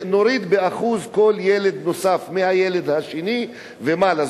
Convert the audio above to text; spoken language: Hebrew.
נוריד ב-1% לכל ילד נוסף מהילד השני ומעלה.